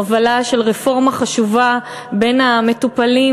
הובלה של רפורמה חשובה בין המטופלים,